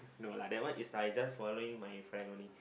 no lah that one is I just following my friend only